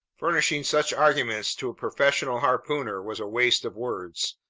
furnishing such arguments to a professional harpooner was a waste of words.